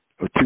two